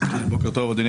בוקר טוב, אדוני